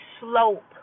slope